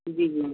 جی جی